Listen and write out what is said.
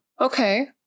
okay